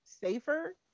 safer